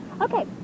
Okay